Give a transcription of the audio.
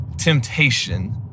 temptation